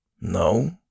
No